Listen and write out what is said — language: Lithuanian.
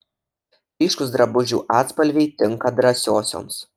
ryškūs drabužių atspalviai tinka drąsiosioms